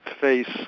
face